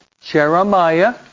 Jeremiah